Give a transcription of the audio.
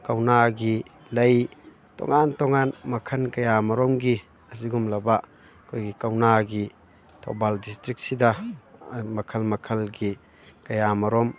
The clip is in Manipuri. ꯀꯧꯅꯥꯒꯤ ꯂꯩ ꯇꯣꯉꯥꯟ ꯇꯣꯉꯥꯟ ꯃꯈꯟ ꯀꯌꯥ ꯃꯔꯨꯝꯒꯤ ꯑꯗꯨꯒꯨꯝꯂꯕ ꯑꯩꯈꯣꯏꯒꯤ ꯀꯧꯅꯥꯒꯤ ꯊꯧꯕꯥꯜ ꯗꯤꯁꯇ꯭ꯔꯤꯛꯁꯤꯗ ꯃꯈꯜ ꯃꯈꯜꯒꯤ ꯀꯌꯥ ꯃꯔꯨꯝ